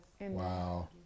Wow